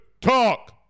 talk